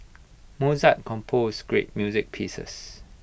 Mozart composed great music pieces